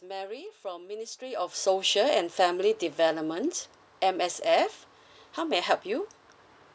mary from ministry of social and family development M_S_F how may I help you